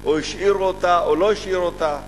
או שהשאירו אותה או שלא השאירו אותה.